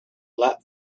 lot